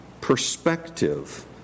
perspective